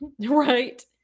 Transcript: Right